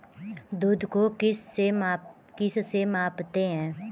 दूध को किस से मापते हैं?